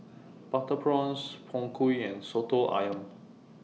Butter Prawns Png Kueh and Soto Ayam